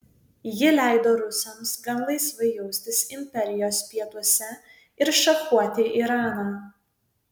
ji leido rusams gan laisvai jaustis imperijos pietuose ir šachuoti iraną